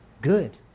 good